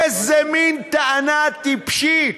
איזה מין טענה טיפשית?